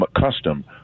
custom